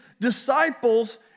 disciples